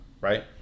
right